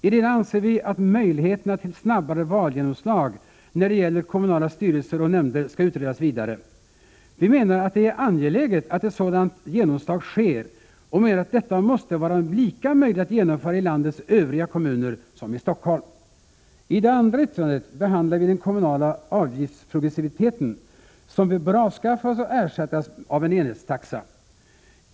I det ena anser vi att möjligheterna till snabbare valgenomslag när det gäller kommunala styrelser och nämnder skall utredas vidare. Vi menar att det är angeläget att ett sådant genomslag sker och framhåller att detta måste vara lika möjligt att genomföra i landets övriga kommuner som i Stockholm. I det andra yttrandet behandlar vi den kommunala avgiftsprogressiviteten, som bör avskaffas och ersättas av en enhetstaxa.